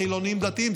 חילונים דתיים.